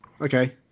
Okay